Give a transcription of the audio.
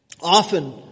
often